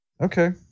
okay